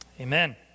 Amen